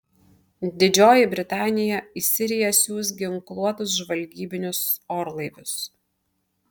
didžioji britanija į siriją siųs ginkluotus žvalgybinius orlaivius